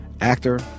actor